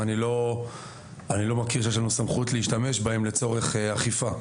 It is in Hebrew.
ואני לא מכיר שיש לנו סמכות להשתמש בהן לצורך אכיפה.